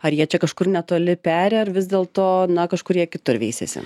ar jie čia kažkur netoli peri ar vis dėl to na kažkur jie kitur veisiasi